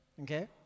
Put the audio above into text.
Okay